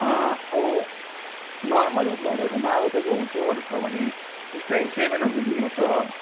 अब नर्मल घरहरूमा अब तपाईँको होचोहरू छ भने त्यस्तै सेभेनहरूको लिनुहोस् हो